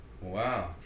Wow